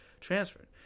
transferred